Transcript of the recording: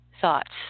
thoughts